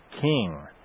King